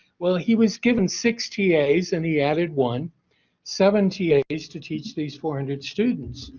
well, he was given sixty a's and he added one seventy a's to teach these four hundred students.